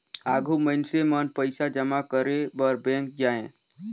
आघु मइनसे मन पइसा जमा करे बर बेंक जाएं